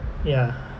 ya